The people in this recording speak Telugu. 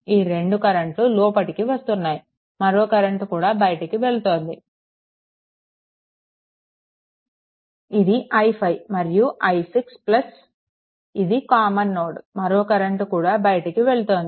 ఈ 2 కరెంట్లు లోపటికి వస్తున్నాయి మరో కరెంట్ కూడా బయటికి వెళ్తోంది ఇది i5 మరియు i6 ఇది కామన్ నోడ్ మరో కరెంట్ కూడా బయటికి వెళ్తోంది